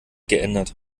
geändert